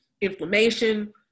inflammation